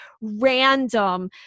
random